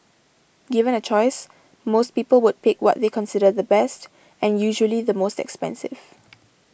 given a choice most people would pick what they consider the best and usually the most expensive